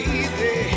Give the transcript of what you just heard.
easy